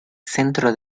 centro